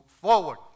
forward